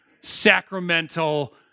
sacramental